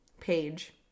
page